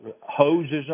hoses